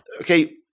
Okay